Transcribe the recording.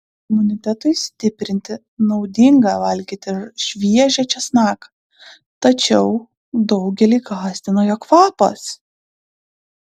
imunitetui stiprinti naudinga valgyti šviežią česnaką tačiau daugelį gąsdina jo kvapas